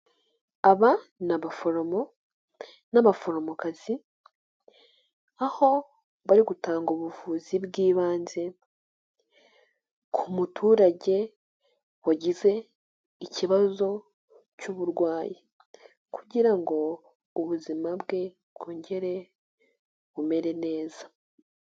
Aba ni abaforomo n'abaforomokazi aho bari gutanga ubuvuzi bw'ibanze ku muturage wagize ikibazo cy'uburwayi kugira ngo ubuzima bwe bwongere bumere neza.